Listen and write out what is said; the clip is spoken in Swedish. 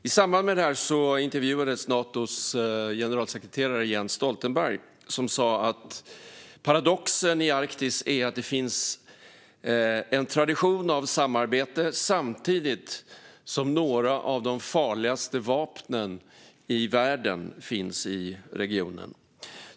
I samband med det intervjuades Natos generalsekreterare Jens Stoltenberg som sa att paradoxen i Arktis är att det finns en tradition av samarbete samtidigt som några av de farligaste vapnen i världen finns i regionen.